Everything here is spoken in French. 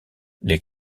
les